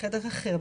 בחדר אחר,